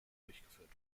durchgeführt